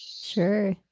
Sure